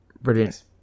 Brilliant